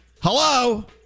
Hello